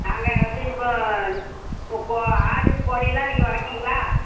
நாங்கள் வந்து இப்போது இப்போது கோ ஆடு கோழியெலாம் நீங்கள் வளர்க்கிறீங்களா